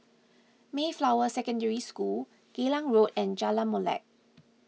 Mayflower Secondary School Geylang Road and Jalan Molek